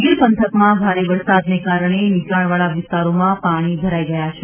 ગીર પંથકમાં ભારે વરસાદના કારણે નીચાણવાળા વિસ્તારોમાં પાણી ભરાઇ ગયા છે